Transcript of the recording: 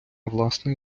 власний